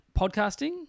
podcasting